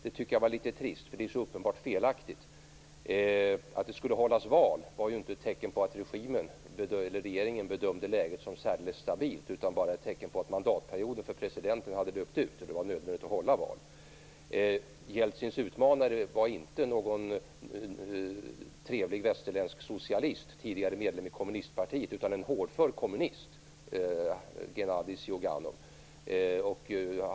Det är litet trist. Det är så uppenbart felaktigt. Att det skulle hållas val var inte något tecken på att regeringen bedömde läget som särdeles stabilt utan bara på att mandatperioden för presidenten hade löpt ut. Det var nödvändigt att hålla val. Jeltsins utmanare var inte någon trevlig, västerländsk socialist, tidigare medlem i Kommunistpartiet, utan en hårdför kommunist - Gennadij Ziuganov.